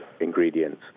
ingredients